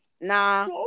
nah